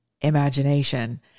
imagination